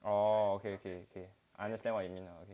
oh okay okay okay I understand what you mean